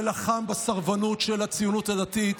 שלחם בסרבנות של הציונות הדתית.